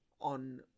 on